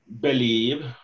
believe